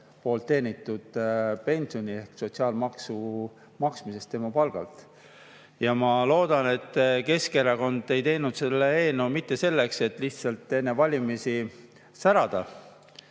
teenitud pensionist ehk sotsiaalmaksu maksmisest tema palgalt. Ma loodan, et Keskerakond ei teinud seda eelnõu mitte selleks, et lihtsalt enne valimisi särada